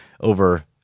over